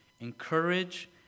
encourage